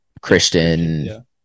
christian